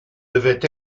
devaient